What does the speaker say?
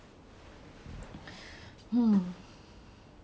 if only I have like a good platform cause I feel like every